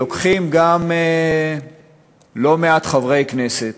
לוקחים חלק גם לא מעט חברי כנסת